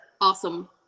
awesome